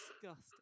disgusting